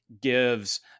gives